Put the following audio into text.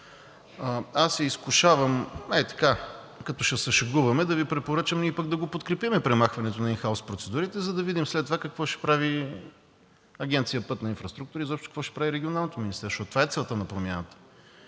Аз се изкушавам, като ще се шегуваме, да Ви препоръчам ние да подкрепим премахването на ин хаус процедурите, за да видим след това какво ще прави Агенция „Пътна инфраструктура“ и какво ще прави Регионалното министерство, защото това е целта на промяната.